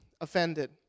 offended